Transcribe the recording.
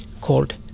called